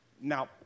Now